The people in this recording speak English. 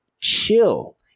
Chill